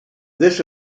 this